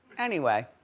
anyway,